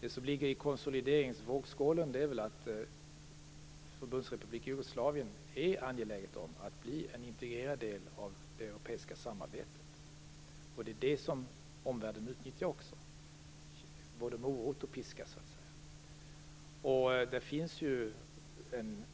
Det som ligger i konsolideringsvågskålen är att Förbundsrepubliken Jugoslavien är angelägen om att bli en integrerad del av det europeiska samarbetet. Det är också det som omvärlden utnyttjar. Det är både morot och piska. Det finns också en